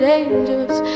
angels